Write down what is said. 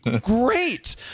Great